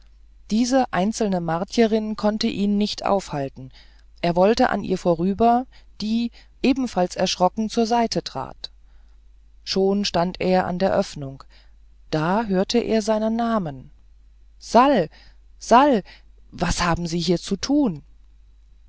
diese einzelne martierin konnte ihn nicht aufhalten er wollte an ihr vorüber die ebenfalls erschrocken zur seite trat schon stand er an der öffnung da hörte er seinen namen sal sal was haben sie hier zu tun